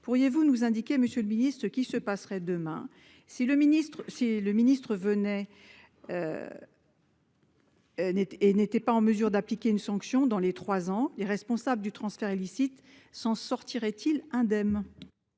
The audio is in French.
pourriez-vous nous indiquer, monsieur le ministre, ce qui se passerait à l'avenir si le ministre concerné n'était pas en mesure d'appliquer une sanction dans les trois ans ? Les responsables du transfert illicite s'en sortiraient-ils sans